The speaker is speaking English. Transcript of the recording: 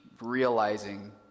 realizing